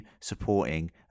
supporting